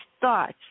thoughts